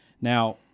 Now